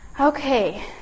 okay